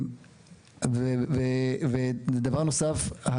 דבר נוסף,